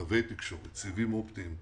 קווי תקשורת, סיבים אופטיים,